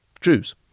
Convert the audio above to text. Jews